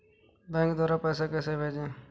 Bank द्वारा पैसे कैसे भेजें?